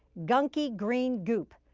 gunky green goop,